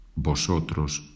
Vosotros